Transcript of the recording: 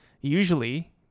usually